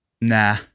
nah